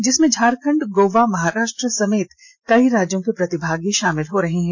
जिसमें झारखंड गोवा महाराष्ट्र समेत कई राज्यों के प्रतिभागी शामिल हो रहे हैं